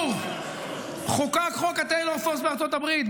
בקיצור, חוקק חוק טיילור פורס בארצות הברית.